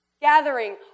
Gathering